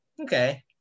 okay